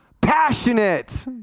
passionate